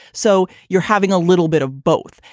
so you're having a little bit of both.